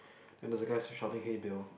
and there's a guy shouting hey Bill